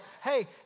hey